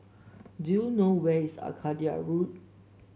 do you know where is Arcadia Road